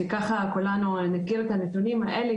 שככה כולנו נכיר את הנתונים האלה,